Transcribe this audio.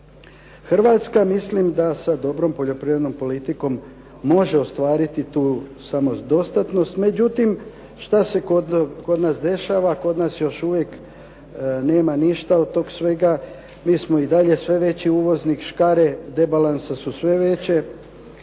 Hrvatska mislim da sa dobrom poljoprivrednom politikom može ostvariti tu samodostatnost, međutim što se kod nas dešava? Kod nas još uvijek nema ništa od tog svega, mi smo i dalje sve veći uvoznik. Škare debalansa su sve veće,